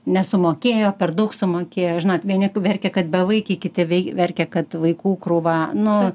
nesumokėjo per daug sumokėjo žinot vieni verkia kad bevaikiai kiti vei verkia kad vaikų krūvą nu